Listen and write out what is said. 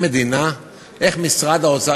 איך משרד האוצר,